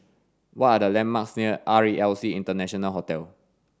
what are the landmarks near R E L C International Hotel